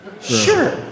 Sure